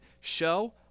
show